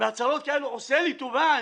שבהצהרות כאלו הוא עושה לי טובה?